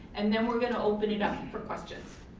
and then we're gonna open it up for questions.